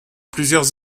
plusieurs